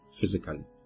physically